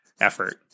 effort